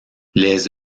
les